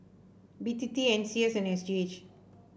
B T T N C S and S G H